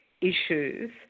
issues